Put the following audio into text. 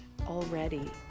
already